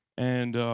and